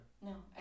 No